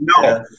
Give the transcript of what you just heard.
No